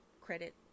credit